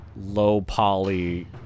low-poly